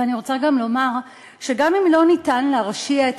ואני רוצה גם לומר שגם אם לא ניתן להרשיע את